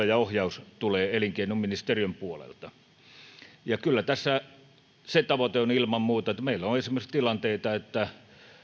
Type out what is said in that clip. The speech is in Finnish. ja ohjaus tulevat elinkeinoministeriön puolelta kyllä tässä ilman muuta se tavoite on kun meillä on esimerkiksi tilanteita että